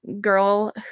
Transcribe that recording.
girl